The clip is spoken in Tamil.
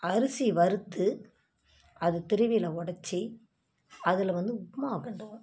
அரிசி வறுத்து அது திருவியில் உடச்சி அதில் வந்து உப்புமா கிண்டுவோம்